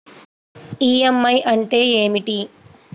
EMI అంటే ఏమిటి?